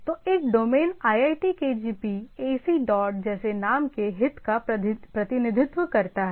तो एक domain iitkgp AC dot जैसे नाम के हित का प्रतिनिधित्व करता है